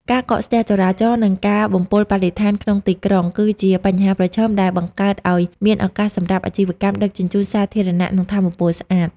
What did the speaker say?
ការកកស្ទះចរាចរណ៍ និងការបំពុលបរិស្ថានក្នុងទីក្រុង គឺជាបញ្ហាប្រឈមដែលបង្កើតឱ្យមានឱកាសសម្រាប់អាជីវកម្មដឹកជញ្ជូនសាធារណៈ និងថាមពលស្អាត។